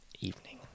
evening